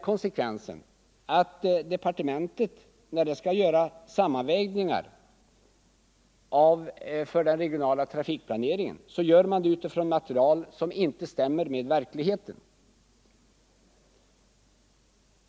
Konsekvensen blir att departementet när det skall göra sina sammanvägningar får utgå från material som inte stämmer med verkligheten.